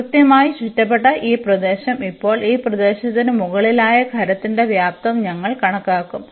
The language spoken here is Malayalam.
അതിനാൽ കൃത്യമായി ചുറ്റപ്പെട്ട ഈ പ്രദേശം ഇപ്പോൾ ഈ പ്രദേശത്തിന് മുകളിലായ ഖരത്തിന്റെ വ്യാപ്തം ഞങ്ങൾ കണക്കാക്കും